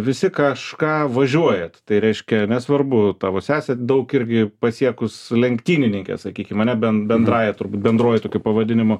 visi kažką važiuojat tai reiškia nesvarbu tavo sesė daug irgi pasiekus lenktynininkė sakykim ane bendrąja turbūt bendruoju tokiu pavadinimu